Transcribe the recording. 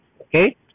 Okay